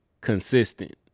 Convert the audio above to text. consistent